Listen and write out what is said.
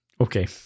Okay